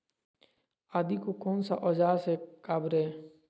आदि को कौन सा औजार से काबरे?